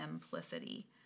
simplicity